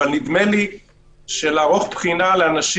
אבל נדמה לי שלערוך בחינה לאנשים